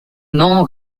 nom